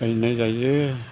गायनाइ जायो